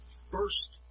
first